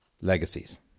legacies